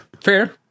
Fair